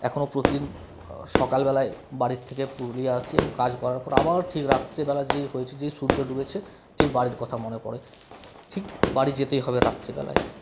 এখনও প্রতিদিন সকাল বেলায় বাড়ির থেকে পুরুলিয়া আসি এবং কাজ করার পর আবার ঠিক রাত্রেবেলা যেই হয়েছে যেই সূর্য ডুবেছে ঠিক বাড়ির কথা মনে পড়ে ঠিক বাড়ি যেতে হবে রাত্রেবেলায়